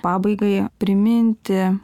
pabaigai priminti